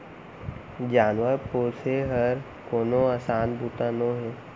जानवर पोसे हर कोनो असान बूता नोहे